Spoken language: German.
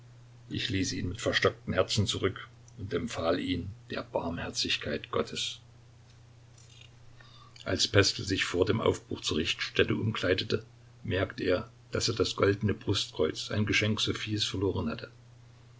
ich ließ ihn mit verstocktem herzen zurück und empfahl ihn der barmherzigkeit gottes als pestel sich vor dem aufbruch zur richtstätte umkleidete merkte er daß er das goldene brustkreuz ein geschenk sophies verloren hatte